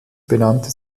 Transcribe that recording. benannte